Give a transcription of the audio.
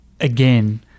again